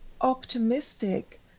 optimistic